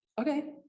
Okay